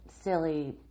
silly